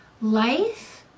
Life